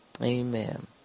Amen